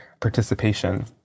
Participation